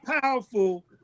powerful